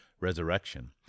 resurrection